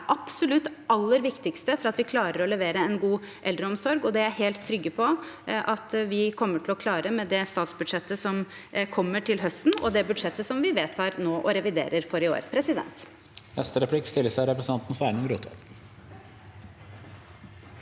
absolutt aller viktigste for at vi skal klare å levere en god eldreomsorg, og det er jeg helt trygg på at vi kommer til å klare med det statsbudsjettet som kommer til høsten, og det budsjettet vi reviderer for i år